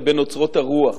לבין אוצרות הרוח.